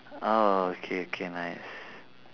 oh okay okay nice